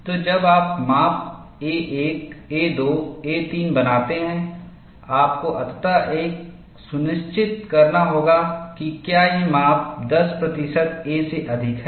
तो जब आप माप a1 a2 a3 बनाते हैं आपको अंततः यह सुनिश्चित करना होगा कि क्या ये माप 10 प्रतिशत a से अधिक है